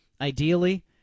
ideally